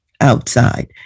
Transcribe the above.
outside